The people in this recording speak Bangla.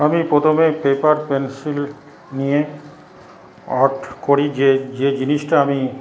আমি প্রথমে পেপার পেন্সিল আর্ট করি যে জিনিসটা আমি